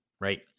right